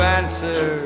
answer